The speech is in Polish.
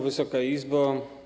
Wysoka Izbo!